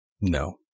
No